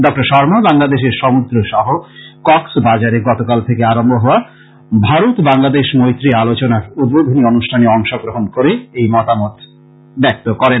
ডঃ শর্মা বাংলাদেশের সমুদ্র শহর কক্স বাজারে গতকাল থেকে আরম্ভ হওয়া ভারত বাংলাদেশ মৈত্রী আলোচনার উদ্বোধনী অনুষ্ঠানে অংশগ্রহণ করে এই মতামত ব্যক্ত করেন